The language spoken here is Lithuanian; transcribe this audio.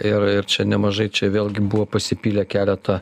ir ir čia nemažai čia vėlgi buvo pasipylę keletą